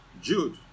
Jude